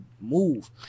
move